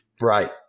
Right